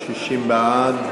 בעד.